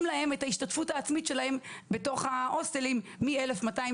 להם את ההשתתפות העצמית שלהם בתוך ההוסטלים מסך של כ-1,200 ₪,